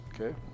Okay